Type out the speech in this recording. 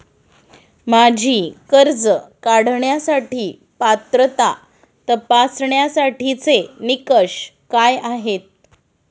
माझी कर्ज काढण्यासाठी पात्रता तपासण्यासाठीचे निकष काय आहेत?